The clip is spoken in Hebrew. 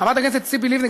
חברת הכנסת ציפי לבני,